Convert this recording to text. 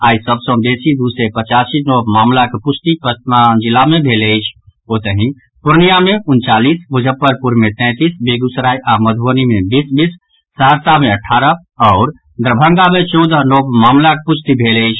आई सभ सँ बेसी दू सय पचासी नव मामिलाक पुष्टि पटना जिला मे भेल अछि ओतहि पूर्णियां मे उनचालीस मुजफ्फरपुर मे तैंतीस बेगूसराय आ मधुबनी मे बीस बीस सहरसा मे अठारह आओर दरभंगा मे चौदह नव मामिलाक पुष्टि भेल अछि